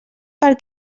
per